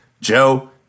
Joe